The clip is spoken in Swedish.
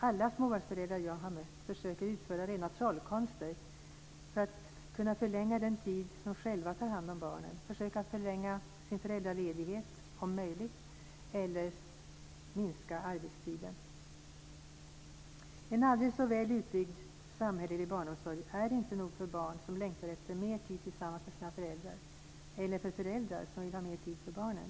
Alla småbarnsföräldrar jag har mött försöker utföra rena trollkonster för att kunna förlänga den tid de själva tar hand om barnen, försöker förlänga sin föräldraledighet, om möjligt, eller minska arbetstiden. En aldrig så väl utbyggd samhällelig barnomsorg är inte nog för barn som längtar efter mer tid tillsammans med sina föräldrar eller för föräldrar som vill ha mer tid för barnen.